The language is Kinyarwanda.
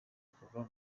kuva